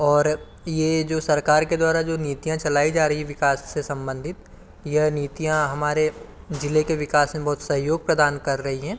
और यह जो सरकार के द्वारा जो नीतियाँ चलाई जा रही है विकास से सम्बन्धित यह नीतियाँ हमारे ज़िले के विकास में बहुत सहयोग प्रदान कर रही हैं